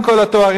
עם כל התארים,